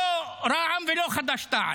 לא רע"מ ולא חד"ש-תע"ל.